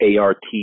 art